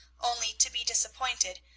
only to be disappointed,